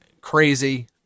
crazy